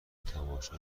تماشا